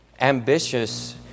ambitious